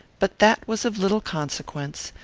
but that was of little consequence,